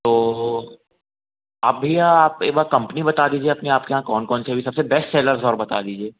तो आप भैया आप एक बार कम्पनी बता दीजिए अपनी आपके यहाँ कौन कौन से अभी सबसे बेस्ट सेलर थोड़ा बता दीजिए